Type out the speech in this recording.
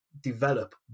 develop